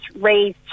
raised